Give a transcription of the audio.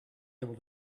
able